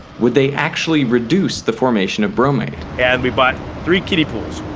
would they actually reduce the formation of bromate? and we bought three kiddie pools,